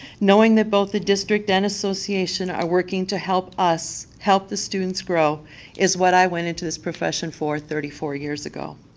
knowing that both the district and association are working to help us help the students grow is what i went into this profession for thirty four years ago.